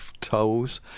toes